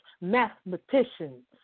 mathematicians